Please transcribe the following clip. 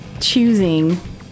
choosing